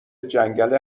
جنگل